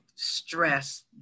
stress